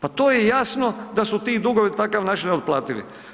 Pa to je jasno da su ti dugovi na takav način neotplativi.